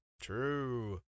True